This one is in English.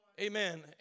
Amen